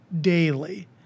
daily